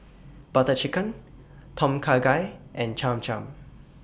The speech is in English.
Butter Chicken Tom Kha Gai and Cham Cham